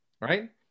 right